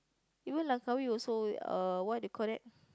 even Langkawi also what we called it